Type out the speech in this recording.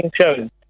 shown